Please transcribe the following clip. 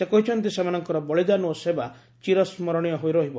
ସେ କହିଛନ୍ତି ସେମାନଙ୍କର ବଳିଦାନ ଓ ସେବା ଚିରସ୍କରଣୀୟ ହୋଇ ରହିବ